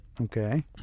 Okay